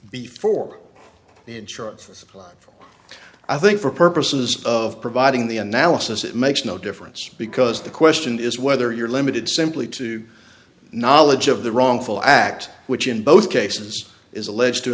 before the insurance is applied i think for purposes of providing the analysis it makes no difference because the question is whether you're limited simply to knowledge of the wrongful act which in both cases is allege